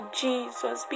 jesus